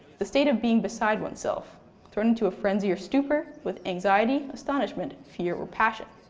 the state of being beside one's self turn into a frenzy or stupor with anxiety, astonishment, fear or passion,